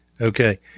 Okay